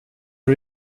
har